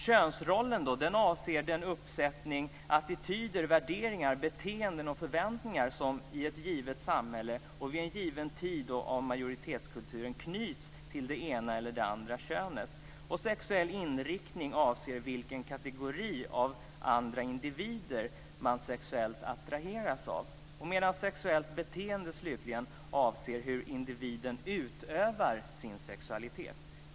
Könsrollen avser den uppsättning attityder, värderingar, beteenden och förväntningar som i ett givet samhälle, vid en given tid av majoritetskulturen knyts till det ena eller det andra könet. Sexuell inriktning avser vilken kategori av andra individer man sexuellt attraheras av. Slutligen avser sexuellt beteende hur individen utövar sin sexualitet.